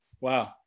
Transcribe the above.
Wow